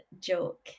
joke